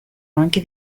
anche